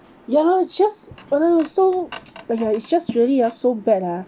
ya lor just !walao! so !aiya! it's just really ah so bad ah